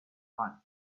one